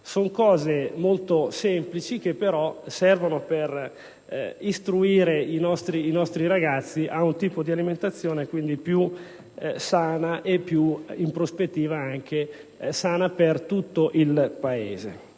Sono cose molto semplici, che però servono per istruire i nostri ragazzi ad un tipo di alimentazione più salutare e, in prospettiva, più sana per tutto il Paese.